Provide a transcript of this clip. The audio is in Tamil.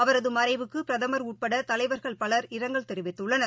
அவரதுமறைவுக்குபிரதமர் உட்படதலைவர்கள் பலர் இரங்கல் தெரிவித்துள்ளனர்